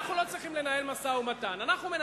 אנחנו לא צריכים לנהל משא-ומתן.